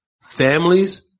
families